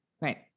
right